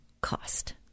cost